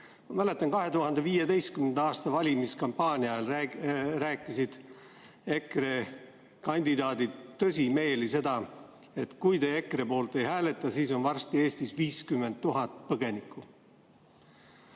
mäletan, 2015. aasta valimiskampaania ajal rääkisid EKRE kandidaadid tõsimeeli seda, et kui te EKRE poolt ei hääleta, siis on varsti Eestis 50 000 põgenikku.